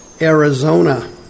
Arizona